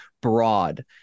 broad